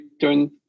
turn